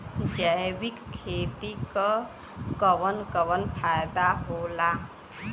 जैविक खेती क कवन कवन फायदा होला?